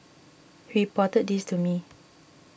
he reported this to me